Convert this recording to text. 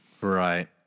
Right